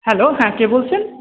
hello হ্যাঁ কে বলছেন